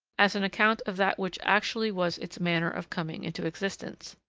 as an account of that which actually was its manner of coming into existence.